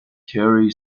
carey